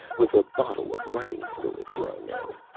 with a bottle of writing fluid thrown in.